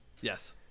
Yes